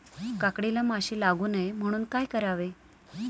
काकडीला माशी लागू नये म्हणून काय करावे?